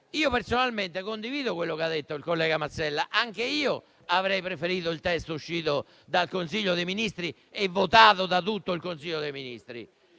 Personalmente, condivido quello che ha detto il collega Mazzella: anche io avrei preferito il testo uscito e votato da tutto il Consiglio dei ministri.